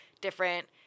different